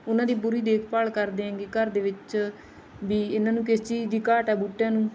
ਉਹਨਾਂ ਦੀ ਬੁਰੀ ਦੇਖਭਾਲ ਕਰਦੇ ਹੈਗੇ ਘਰ ਦੇ ਵਿੱਚ ਬਈ ਇਹਨਾਂ ਨੂੰ ਕਿਸ ਚੀਜ਼ ਦੀ ਘਾਟ ਆ ਬੂਟਿਆਂ ਨੂੰ